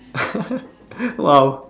!wow!